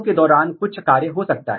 तो लंबे समय की स्थिति में क्या होता है